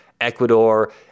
Ecuador